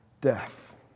death